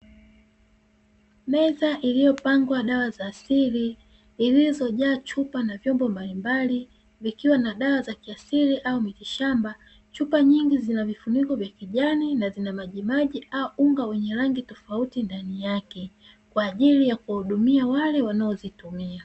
Meza iliyopangwa dawa za asili zilizojaa chupa na vyombo mbalimbali vikiwa na dawa za kiasili au miti shamba, chupa nyingi zina vifuniko vya kijani na zina majimaji au unga wenye rangi tofauti ndani yake kwa ajili ya kuwahudumia wale wanaozitumia.